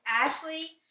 Ashley